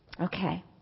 Okay